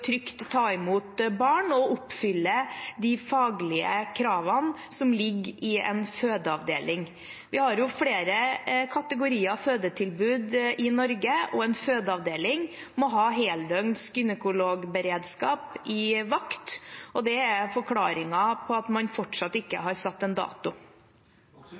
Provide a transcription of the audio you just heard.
ta imot barn og oppfylle de faglige kravene som ligger i en fødeavdeling. Vi har flere kategorier fødetilbud i Norge, og en fødeavdeling må ha heldøgns gynekologberedskap i vakt, og det er forklaringen på at man fortsatt ikke har satt en dato.